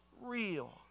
real